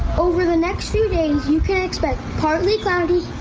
over the next few days you can expect partly cloudy.